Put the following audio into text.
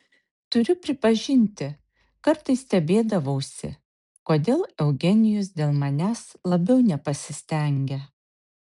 turiu pripažinti kartais stebėdavausi kodėl eugenijus dėl manęs labiau nepasistengia